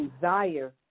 desire